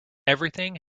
everything